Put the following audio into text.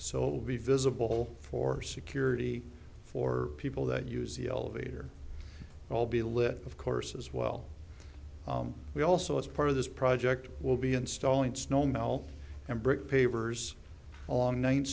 be visible for security for people that use the elevator all be live of course as well we also as part of this project will be installing snow melt and brick pavers along ninth